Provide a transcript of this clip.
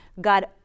God